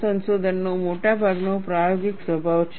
આ સંશોધનનો મોટા ભાગનો પ્રાયોગિક સ્વભાવ છે